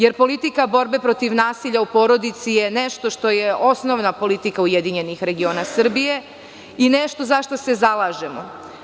Jer, politika borbe protiv nasilja u porodici je nešto što je osnovna politika URS i nešto za šta se zalažemo.